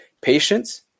patience